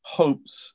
hopes